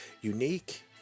unique